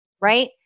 right